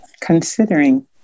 Considering